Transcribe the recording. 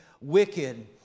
wicked